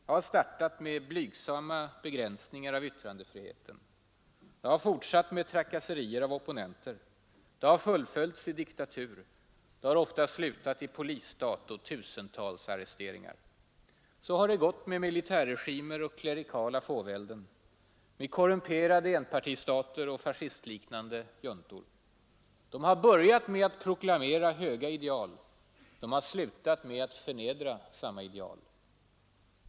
Det har startat med blygsamma begränsningar av yttrandefriheten, det har fortsatt med trakasserier av opponenter, det har fullföljts i diktatur och det har ofta slutat i polisstat och tusentals arresteringar. Så har det gått med militärregimer och klerikala fåvälden, med korrumperade enpartistater och fascistliknande juntor. De har börjat med att proklamera höga ideal, de har slutat med att förnedra samma ideal.